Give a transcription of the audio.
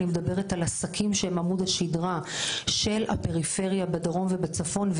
אני מדברת על עסקים שהם עמוד השדרה של הפריפריה בדרום ובצפון,